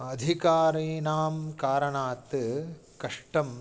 अधिकारीणां कारणात् कष्टम्